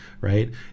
right